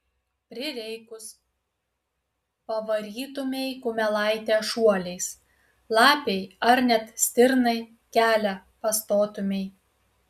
prireikus pavarytumei kumelaitę šuoliais lapei ar net stirnai kelią pastotumei